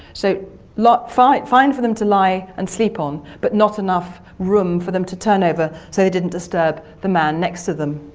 so fine fine for them to lie and sleep on, but not enough room for them to turn over so they didn't disturb the man next to them.